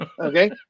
Okay